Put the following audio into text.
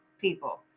people